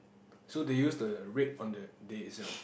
so they use the rate on the day itself